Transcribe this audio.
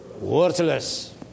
worthless